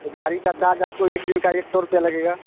गाड़ी का चार्ज आपको एक दिन का एक सौ रुपये लगेगा